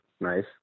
nice